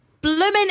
blooming